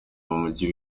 mujyi